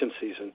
season